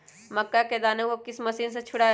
मक्का के दानो को किस मशीन से छुड़ाए?